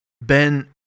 Ben